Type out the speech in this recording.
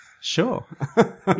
Sure